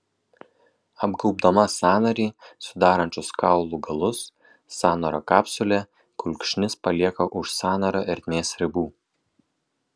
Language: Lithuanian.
apgaubdama sąnarį sudarančius kaulų galus sąnario kapsulė kulkšnis palieka už sąnario ertmės ribų